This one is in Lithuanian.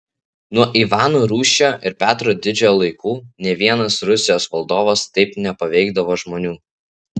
nuo ivano rūsčiojo ir petro didžiojo laikų nė vienas rusijos valdovas taip nepaveikdavo žmonių